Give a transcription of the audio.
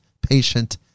patient